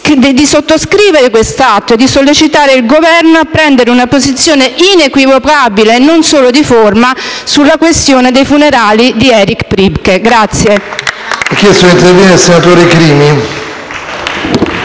a sottoscrivere questo atto e sollecitare il Governo a prendere una posizione inequivocabile, e non solo di forma, sulla questione dei funerali di Erich Priebke.